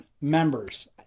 members